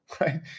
right